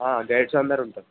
guides అందరు ఉంటారు